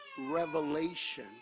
revelation